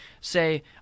Say